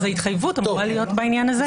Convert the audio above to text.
אז התחייבות אמורה להיות בעניין הזה.